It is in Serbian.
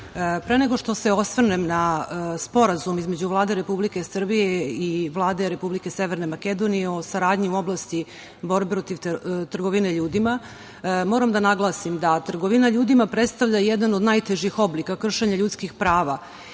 nego što se osvrnem na Sporazum između Vlade Republike Srbije i Vlade Republike Severne Makedonije o saradnji u oblasti borbe protiv trgovine ljudima, moram da naglasim da trgovina ljudima predstavlja jedan od najtežih oblika kršenja ljudskih prava